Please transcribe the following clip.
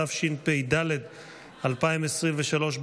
התשפ"ד 2023,